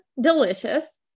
delicious